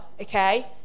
okay